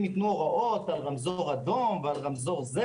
ייתנו הוראות על רמזור אדום ועל רמזור זה?